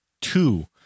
two